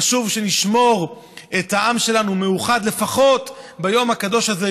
חשוב שנשמור את העם שלנו מאוחד לפחות ביום הקדוש הזה,